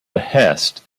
behest